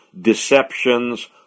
deceptions